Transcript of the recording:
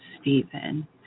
stephen